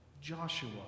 Joshua